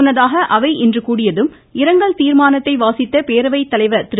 முன்னதாக அவை இன்று கூடியதும் இரங்கல் தீர்மானத்தை வாசித்த பேரவை தலைவர் திரு